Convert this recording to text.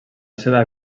seva